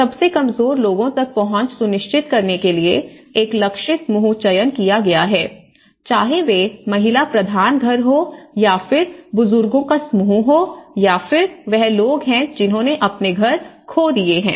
सबसे कमजोर लोगों तक पहुंच सुनिश्चित करने के लिए एक लक्ष्य समूह चयन किया गया है चाहे वे महिला प्रधान घर हो या फिर बुजुर्गों का समूह हो या फिर वह लोग हैं जिन्होंने अपने घर खो दिए हैं